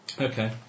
Okay